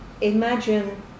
imagine